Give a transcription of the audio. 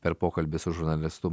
per pokalbį su žurnalistu